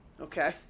okay